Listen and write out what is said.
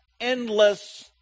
endless